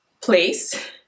place